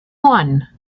one